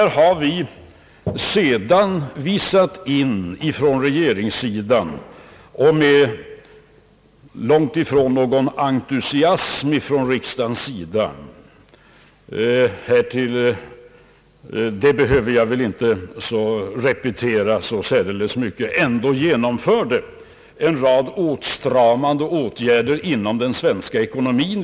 Regeringen genomförde långt ifrån med någon entusiasm från riksdagens sida, det behöver jag väl inte särskilt repetera — en rad åtstramande åtgärder inom den svenska ekonomin.